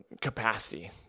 capacity